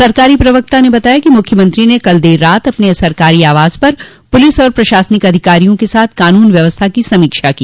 सरकारी प्रवक्ता ने बताया कि मुख्यमंत्री ने कल देर रात अपन सरकारी आवास पर पुलिस और प्रशासनिक अधिकारियों के साथ कानून व्यवस्था की समीक्षा की